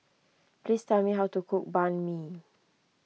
please tell me how to cook Banh Mi